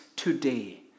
today